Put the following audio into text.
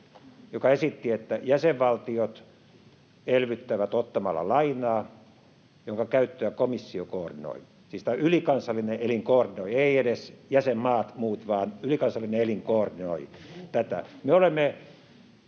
joka esitti, että jäsenvaltiot elvyttävät ottamalla lainaa, jonka käyttöä komissio koordinoi. Siis tämä ylikansallinen elin koordinoi, eivät edes muut jäsenmaat vaan ylikansallinen elin koordinoi tätä.